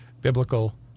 biblical